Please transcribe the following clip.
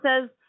says